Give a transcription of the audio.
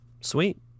Sweet